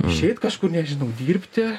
išeit kažkur nežinau dirbti